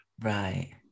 Right